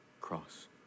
cross